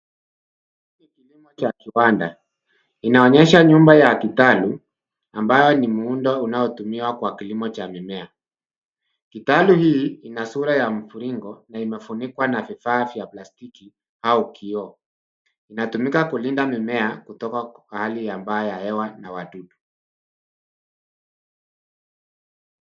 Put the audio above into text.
Hiki ni kilimo cha kiwanda inaonyesha nyumba ya Kitalu ambayo ni muundo unaotumiwa kwa kilimo cha mimea, Kitalu hii ina sura ya mviringo na imefunikwa na vifaa vya plastiki au kioo inatumika kulinda mimea kutoka hali mbaya hewa ya na wadudu.